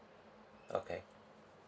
okay